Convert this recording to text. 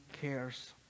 cares